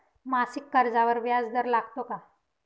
मासिक कर्जावर व्याज दर लागतो का?